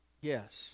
Yes